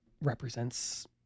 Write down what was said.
represents